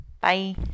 Bye